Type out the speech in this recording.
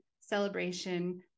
celebration